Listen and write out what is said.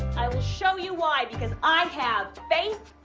i will show you why. because i have faith,